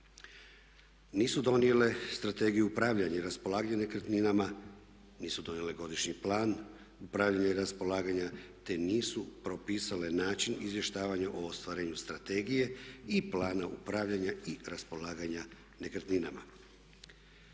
Nisu donijele strategiju upravljanja i raspolaganja nekretninama, nisu donijele godišnji plan upravljanja i raspolaganja te nisu propisale način izvještavanja o ostvarenju strategije i plana upravljanja i raspolaganja nekretninama.